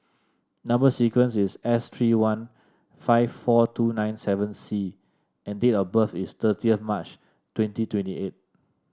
number sequence is S three one five four two nine seven C and date of birth is thirty of March twenty twenty eight